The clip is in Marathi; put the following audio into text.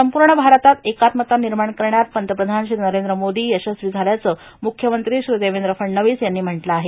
संपूर्ण भारतात एकात्मता निर्माण करण्यात पंतप्रधान श्री नरेंद्र मोदी यशस्वी झाल्याचं मुख्यमंत्री श्री देवेंद्र फडणवीस यांनी म्हटलं आहे